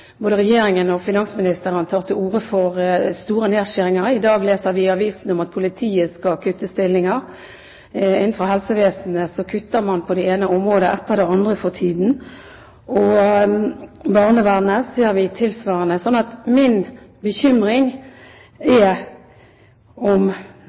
både Regjeringen og finansministeren har tatt til orde for store nedskjæringer. I dag leser vi i avisene om at politiet skal kutte stillinger. Innenfor helsevesenet kutter man på det ene området etter det andre for tiden. I barnevernet ser vi tilsvarende. Min bekymring er om